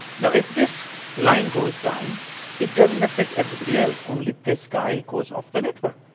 now if this line goes down it doesn't affect everybody else. only this guy goes off the network.